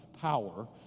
power